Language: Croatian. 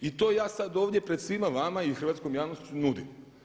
I to ja sad ovdje pred svima vama i hrvatskom javnošću nudim.